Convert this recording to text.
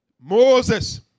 Moses